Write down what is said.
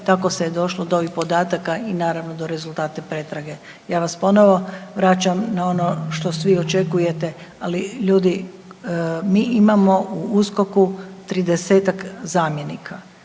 tako se je došlo do ovih podataka i naravno, do rezultata pretrage. Ja vas ponovo vraćam na ono što svi očekujete, ali ljudi, mi imamo u USKOK-u 30-ak zamjenika.